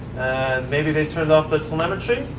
maybe they turned off the telemetry,